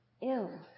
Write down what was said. ill